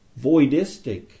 voidistic